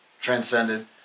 transcended